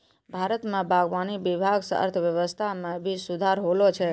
भारत मे बागवानी विभाग से अर्थव्यबस्था मे भी सुधार होलो छै